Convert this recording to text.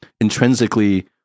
intrinsically